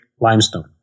limestone